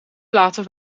platen